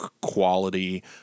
quality